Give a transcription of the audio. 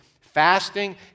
fasting